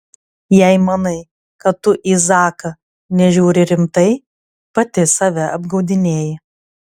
jei manai kad tu į zaką nežiūri rimtai pati save apgaudinėji